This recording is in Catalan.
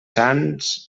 sants